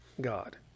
God